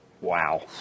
Wow